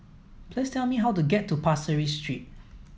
please tell me how to get to Pasir Ris Street